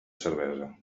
cervesa